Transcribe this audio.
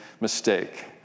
mistake